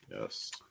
yes